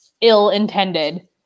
ill-intended